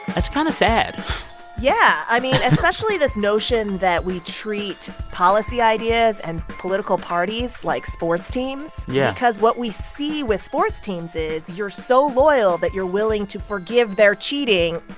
that's kind of sad yeah, i mean, especially this notion that we treat policy ideas and political parties like sports teams yeah because what we see with sports teams is you're so loyal that you're willing to forgive their cheating,